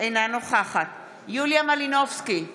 אינה נוכחת יוליה מלינובסקי קונין,